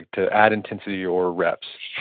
to add intensity, or reps?